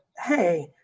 Hey